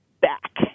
back